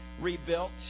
rebuilt